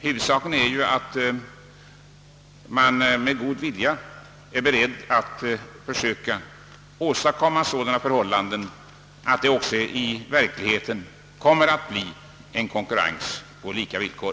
Huvudsaken är att man är beredd att försöka åstadkomma sådana förhållanden, att det också i verkligheten blir en konkurrens på lika villkor.